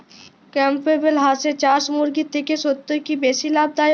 Campbell হাঁসের চাষ মুরগির থেকে সত্যিই কি বেশি লাভ দায়ক?